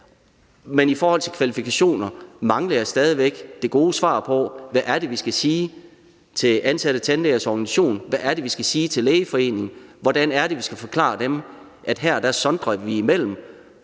men i forhold til kvalifikationer mangler jeg stadig væk det gode svar på: Hvad er det, vi skal sige til Ansatte Tandlægers Organisation? Hvad er det, vi skal sige til Lægeforeningen? Hvordan er det, vi skal forklare dem, at her sondrer vi imellem